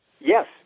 Yes